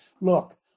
Look